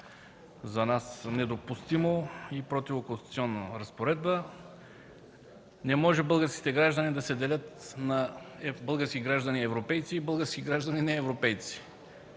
недопустима и противоконституционна разпоредба. Не може българските граждани да се делят на български граждани европейци и български граждани неевропейци.